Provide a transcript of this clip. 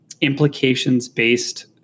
implications-based